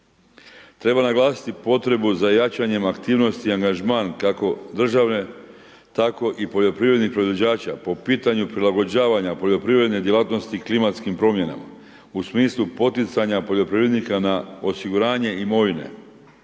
Treba naglasiti potrebu za jačanjem aktivnosti i angažman kako državne tako i poljoprivrednih proizvođača po pitanju prilagođavanja poljoprivredne djelatnosti klimatskim promjenama u smislu poticanja poljoprivrednika na osiguranje imovine,